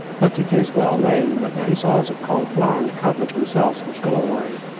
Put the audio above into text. but it is well known that the hussars of conflans covered themselves with glory.